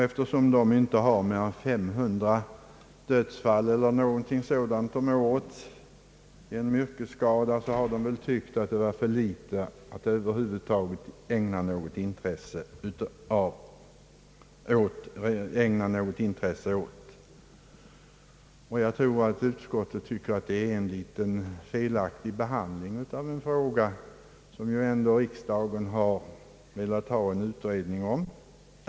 Eftersom man inte har mer än cirka 500 dödsfall om året genom yrkesskada, har man antagligen tyckt att det var för litet att över huvud taget ägna något intresse åt. Jag tror att utskottet tycker, att detta är en felaktig behandling av en fråga som ju riksdagen ändå velat ha en ut redning om.